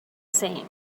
same